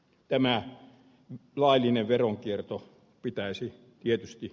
emme me laitinen veronkierto pitäisi tietysti